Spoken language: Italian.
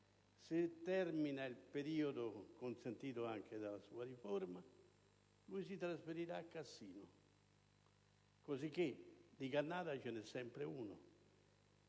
se termina il periodo - consentito anche dalla sua riforma - si trasferirà a Cassino: cosicché di Cannata ce n'è sempre uno.